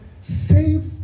save